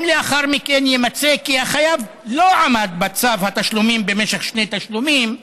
אם לאחר מכן יימצא כי החייב לא עמד בצו התשלומים במשך שני תשלומים,